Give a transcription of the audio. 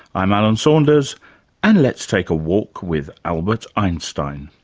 i'm alan saunders and let's take a walk with albert einstein.